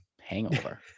hangover